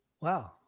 wow